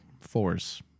force